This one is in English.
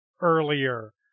earlier